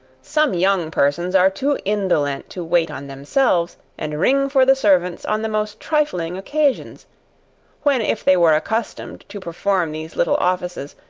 some young persons are too indolent to wait on themselves, and ring for the servants on the most trifling occasions when if they were accustomed to perform these little offices,